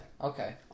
Okay